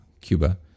Cuba